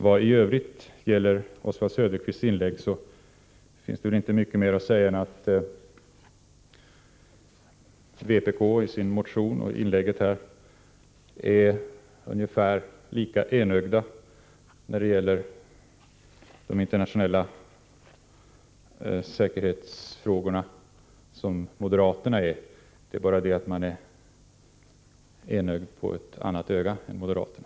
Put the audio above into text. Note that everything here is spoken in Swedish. Vad gäller Oswald Söderqvists inlägg i övrigt finns inte mycket mer att säga än att vpk i sin motion liksom Oswald Söderqvist i sitt inlägg här är ungefär lika enögda när det gäller de internationella säkerhetsfrågorna som moderaterna — det är bara det att man är enögd på motsatt sida.